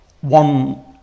One